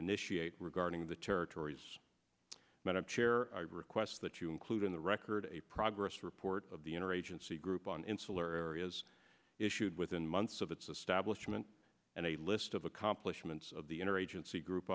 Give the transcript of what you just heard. initiate regarding the territories medicare requests that you include in the record a progress report of the inner agency group on insular areas issued within months of its establishment and a list of accomplishments of the inner agency group